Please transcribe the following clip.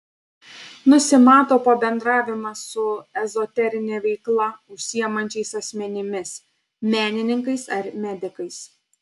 nusimato pabendravimas su ezoterine veikla užsiimančiais asmenimis menininkais ar medikais